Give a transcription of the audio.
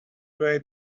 way